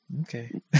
Okay